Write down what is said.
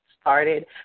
started